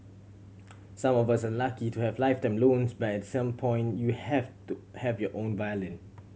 some of us are lucky to have lifetime loans but at some point you have to have your own violin